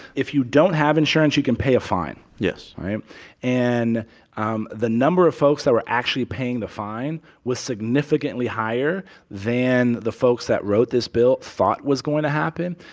if you don't have insurance, you can pay a fine yes and um the number of folks that were actually paying the fine was significantly higher than the folks that wrote this bill thought was going to happen.